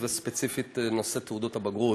וספציפית לנושא תעודות הבגרות.